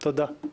תודה.